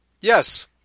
Yes